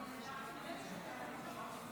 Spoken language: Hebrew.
אינו נוכח ישראל אייכלר,